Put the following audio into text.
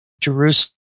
Jerusalem